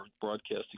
broadcasting